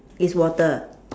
it's water